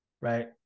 right